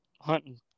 hunting